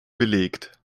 belegt